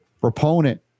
proponent